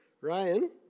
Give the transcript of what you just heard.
Ryan